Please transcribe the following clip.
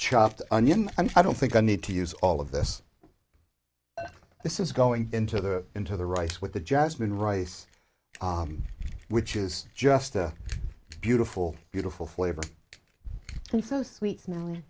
chopped onion and i don't think i need to use all of this this is going into the into the rice with the jasmine rice which is just a beautiful beautiful flavor and so sweet